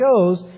shows